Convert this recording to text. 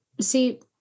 see